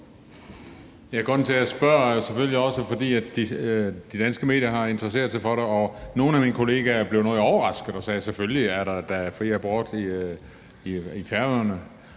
jeg spørger, er selvfølgelig også, at de danske medier har interesseret sig for det, og nogle af mine kollegaer er blevet noget overraskede og har sagt: Selvfølgelig er der da fri abort i Færøerne.